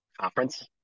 conference